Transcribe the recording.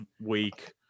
week